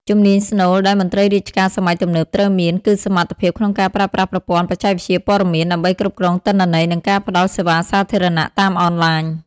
ជំនាញស្នូលដែលមន្ត្រីរាជការសម័យទំនើបត្រូវមាន គឺសមត្ថភាពក្នុងការប្រើប្រាស់ប្រព័ន្ធបច្ចេកវិទ្យាព័ត៌មាន ដើម្បីគ្រប់គ្រងទិន្នន័យ និងការផ្តល់សេវាសាធារណៈតាមអនឡាញ។